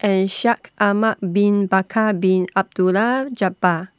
and Shaikh Ahmad Bin Bakar Bin Abdullah Jabbar